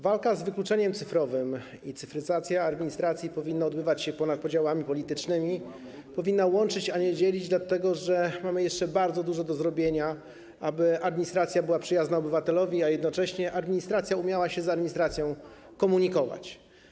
Walka z wykluczeniem cyfrowym i cyfryzacja administracji powinny odbywać się ponad podziałami politycznymi, powinny łączyć, a nie dzielić, dlatego że mamy jeszcze bardzo dużo do zrobienia, aby administracja była przyjazna obywatelowi, a jednocześnie żeby administracja umiała się z administracją komunikować.